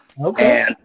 Okay